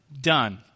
done